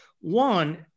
one